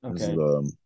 Okay